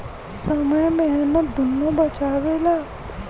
समय मेहनत दुन्नो बचावेला